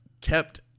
kept